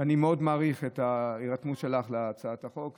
אני מאוד מעריך את ההירתמות שלך להצעת החוק,